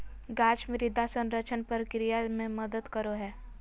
गाछ मृदा संरक्षण प्रक्रिया मे मदद करो हय